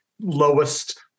lowest